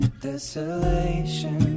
Desolation